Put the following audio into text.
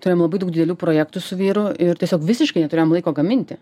turėjom labai daug didelių projektų su vyru ir tiesiog visiškai neturėjom laiko gaminti